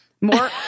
more